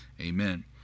Amen